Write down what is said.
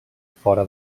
fora